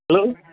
hello